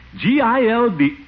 G-I-L-D